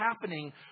happening